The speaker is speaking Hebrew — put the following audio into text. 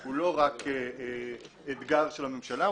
SDGsהוא לא רק אתגר של הממשלה,